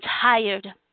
tired